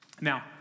Now